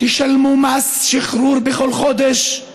תשלמו מס שחרור בכל חודש,